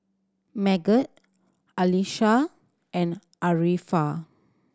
Megat Qalisha and Arifa